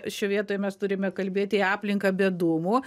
šioj vietoj mes turime kalbėti į aplinką be dūmų